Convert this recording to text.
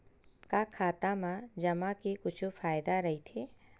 का खाता मा जमा के कुछु फ़ायदा राइथे?